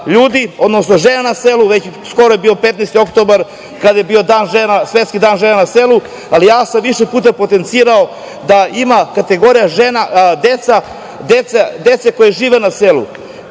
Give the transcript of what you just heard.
odnosno žena na selu Skoro je bio 15. oktobar, kada je bio svetski dan žena na selu, ali ja sam više puta potencirao da ima kategorija – deca koja žive na selu.